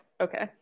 Okay